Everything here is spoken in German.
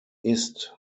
ist